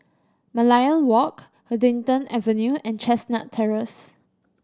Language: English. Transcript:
Merlion Walk Huddington Avenue and Chestnut Terrace